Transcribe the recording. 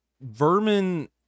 Vermin